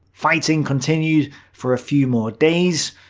fighting continued for a few more days.